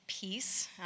Peace